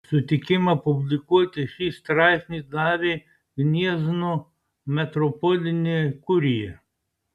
sutikimą publikuoti šį straipsnį davė gniezno metropolinė kurija